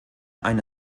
ein